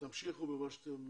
תמשיכו במה שאתם